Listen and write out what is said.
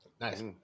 Nice